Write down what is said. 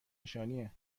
نشانیه